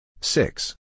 six